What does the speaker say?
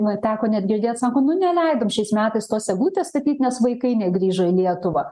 na teko net girdėt sako nu neleidom šiais metais tos eglutės statyt nes vaikai negrįžo į lietuvą